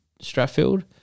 Stratfield